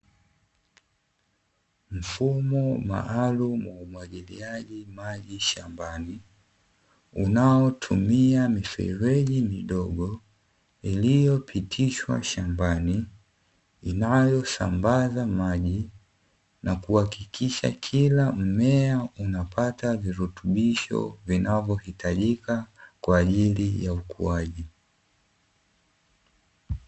Mfumo maalumu wa umwagiliaji maji shambani unaotimia mifereji midogo, iliyopitishwa shambani inayosambazwa maji na kuhakikisha kila mmea unapata virutubisho vinavyojitajika kwa ajili ya ukuaji.